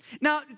Now